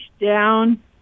down